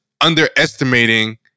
underestimating